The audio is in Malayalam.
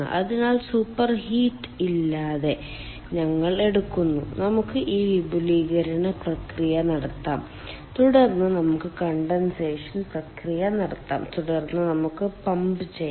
അതിനാൽ സൂപ്പർഹീറ്റ് ഇല്ലാതെ ഞങ്ങൾ എടുക്കുന്നു നമുക്ക് ഈ വിപുലീകരണ പ്രക്രിയ നടത്താം തുടർന്ന് നമുക്ക് കണ്ടൻസേഷൻ പ്രക്രിയ നടത്താം തുടർന്ന് നമുക്ക് പമ്പ് ചെയ്യാം